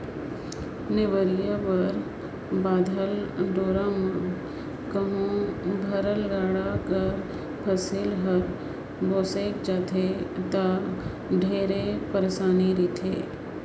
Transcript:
नेवरिया कर बाधल डोरा मे कहो भरल गाड़ा कर फसिल हर भोसेक जाथे ता ढेरे पइरसानी रिथे